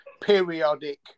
periodic